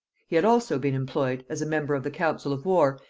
he had also been employed, as a member of the council of war,